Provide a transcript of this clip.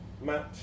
Matt